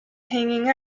hanging